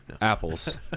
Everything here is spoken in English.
Apples